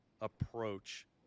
approach